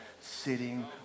sitting